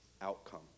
outcome